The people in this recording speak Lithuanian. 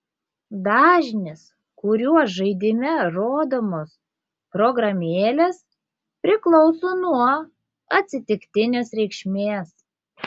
dažnis kuriuo žaidime rodomos programėlės priklauso nuo atsitiktinės reikšmės